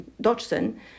Dodgson